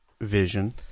vision